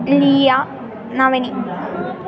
Liya Navani